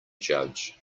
judge